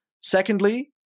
Secondly